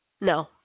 No